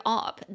up